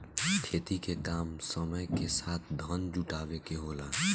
खेती के काम समय के साथ धन जुटावे के होला